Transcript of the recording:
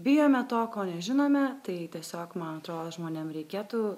bijome to ko nežinome tai tiesiog man atrodo žmonėm reikėtų